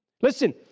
Listen